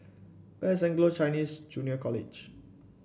where is Anglo Chinese Junior College